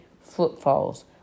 footfalls